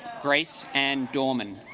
grace and doorman